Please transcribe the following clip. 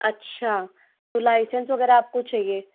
अच्छा तो लाइसेंस वगैरह आपको चाहिए